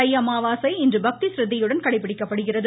தை அமாவாசை இன்று பக்தி சிரத்தையுடன் கடைபிடிக்கப்படுகிறது